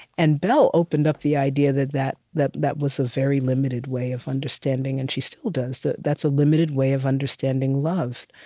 and bell opened up the idea that that that was a very limited way of understanding and she still does that that's a limited way of understanding love